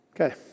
Okay